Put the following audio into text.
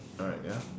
alright ya